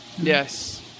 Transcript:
Yes